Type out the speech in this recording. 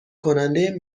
کننده